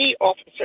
officer